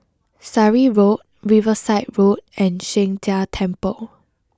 Surrey Road Riverside Road and Sheng Jia Temple